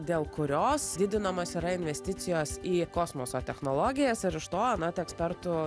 dėl kurios didinamos yra investicijos į kosmoso technologijas ir iš to anot ekspertų